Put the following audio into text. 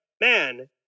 man